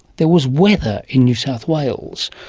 there was weather in new south wales,